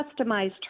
customized